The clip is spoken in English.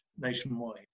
nationwide